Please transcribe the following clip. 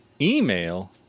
Email